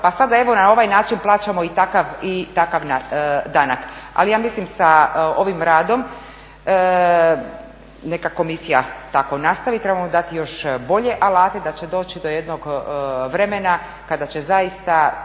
Pa sad evo na ovaj način plaćamo i takav danak. Ali ja mislim sa ovim radom neka komisija tako nastavi, treba mu dati još bolje alate da će doći do jednog vremena kada će zaista